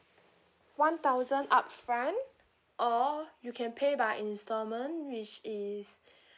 one thousand upfront or you can pay by instalment which is